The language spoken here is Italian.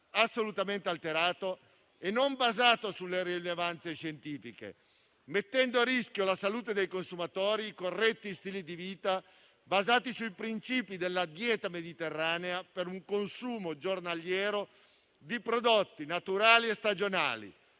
assolutamente alterato e non basato sulle rilevanze scientifiche, mettendo a rischio la salute dei consumatori e corretti stili di vita basati sui principi della dieta mediterranea e su un consumo giornaliero di prodotti naturali e stagionali.